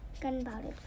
gunpowder